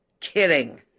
kidding